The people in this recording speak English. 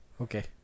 Okay